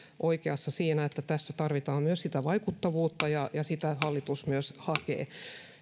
oikeassa siinä että tässä tarvitaan myös sitä vaikuttavuutta ja sitä hallitus myös hakee